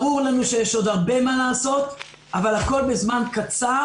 ברור לנו שיש עוד הרבה מה לעשות אבל הכול נעשה בזמן קצר,